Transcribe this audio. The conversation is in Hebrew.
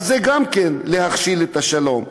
זה גם כן להכשיל את השלום.